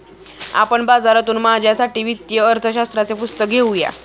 आपण बाजारातून माझ्यासाठी वित्तीय अर्थशास्त्राचे पुस्तक घेऊन या